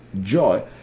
joy